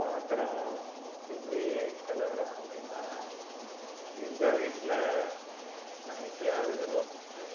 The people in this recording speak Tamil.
பாத்திரம் எப்படி கழுவுகிறோம் அப்படின்னா எங்கள் வீட்டில் நான் எப்போயாது கழுவுறதுண்டு